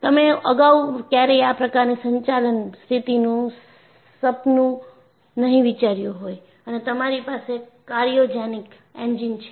તમે અગાઉ ક્યારેય આ પ્રકારની સંચાલન સ્થિતિનું સપનું નહિ વિચાર્યું હોય અને તમારી પાસે ક્રાયોજેનિકક્રાયોજેનિક એન્જિન છે